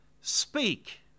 speak